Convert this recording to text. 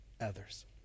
others